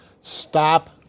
stop